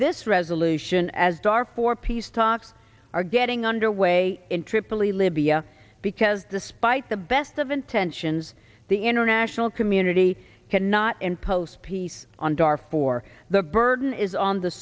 this resolution as dar for peace talks are getting underway in tripoli libya because despite the best of intentions the international community cannot impose peace on dar for the burden is on the